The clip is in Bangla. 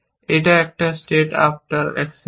এটা একটা স্টেট আফটার অ্যাকশন দুই